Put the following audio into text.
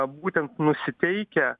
būtent nusiteikę